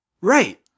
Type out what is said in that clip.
Right